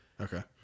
Okay